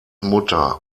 mutter